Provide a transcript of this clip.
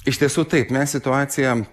iš tiesų taip mes situaciją